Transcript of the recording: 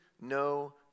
no